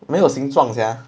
没有形状 sia